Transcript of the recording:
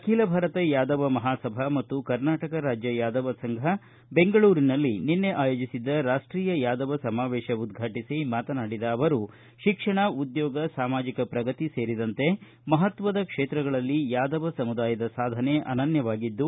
ಅಖಿಲ ಭಾರತ ಯಾದವ ಮಹಾಸಭಾ ಮತ್ತು ಕರ್ನಾಟಕರಾಜ್ಯ ಯಾದವ ಸಂಘ ಬೆಂಗಳೂರಿನಲ್ಲಿ ಆಯೋಜಿಸಿದ್ದ ರಾಷ್ಟೀಯ ಯಾದವ ಸಮಾವೇಶ ಉದ್ವಾಟಿಸಿ ಮಾತನಾಡಿದ ಅವರು ಶಿಕ್ಷಣ ಉದ್ಯೋಗ ಸಾಮಾಜಿಕ ಪ್ರಗತಿ ಸೇರಿದಂತೆ ಮಹತ್ವದ ಕ್ಷೇತ್ರಗಳಲ್ಲಿ ಯಾದವ ಸಮುದಾಯದ ಸಾಧನೆ ಅನನ್ನವಾಗಿದ್ದು